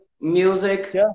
music